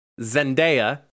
Zendaya